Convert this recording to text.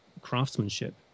craftsmanship